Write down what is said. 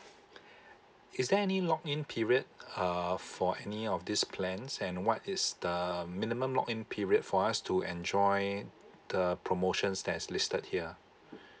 is there any lock in period uh for any of these plans and what is the minimum lock in period for us to enjoy the promotions that's listed here